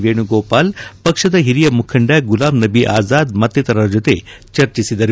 ವೇಣುಗೋಪಾಲ್ ಪಕ್ಷದ ಹಿರಿಯ ಮುಖಂಡ ಗುಲಾಂ ನಬಿ ಅಜಾದ್ ಮತ್ತಿತರರ ಜೊತೆ ಚರ್ಚಿಸಿದರು